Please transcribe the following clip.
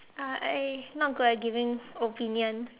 uh I not good at giving opinions